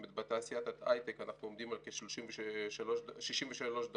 אם בתעשיית ההיי-טק אנחנו עומדים כ-63 דולר,